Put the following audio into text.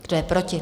Kdo je proti?